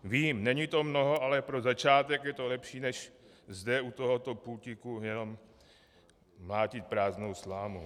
Vím, není to mnoho, ale pro začátek je to lepší, než zde u tohoto pultíku jenom mlátit prázdnou slámu.